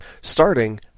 starting